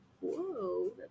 Whoa